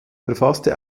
verfasste